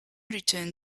return